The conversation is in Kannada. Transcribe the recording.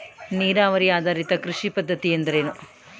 ನೀರಾವರಿ ಆಧಾರಿತ ಕೃಷಿ ಪದ್ಧತಿ ಎಂದರೇನು?